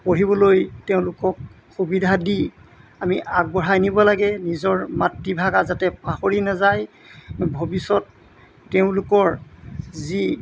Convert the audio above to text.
পঢ়িবলৈ তেওঁলোকক সুবিধা দি আমি আগবঢ়াই নিব লাগে নিজৰ মাতৃভাষা যাতে পাহৰি নাযায় ভৱিষ্যত তেওঁলোকৰ যি